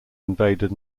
invaded